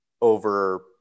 over